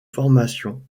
formation